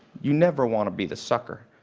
you never want to be the sucker.